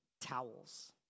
towels